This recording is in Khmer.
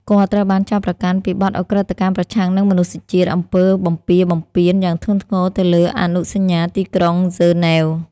គាត់ ត្រូវបានចោទប្រកាន់ពីបទឧក្រិដ្ឋកម្មប្រឆាំងនឹងមនុស្សជាតិ អំពើបំពារបំពាន យ៉ាងធ្ងន់ធ្ងរទៅលើអនុសញ្ញាទីក្រុងហ្សឺណែវ។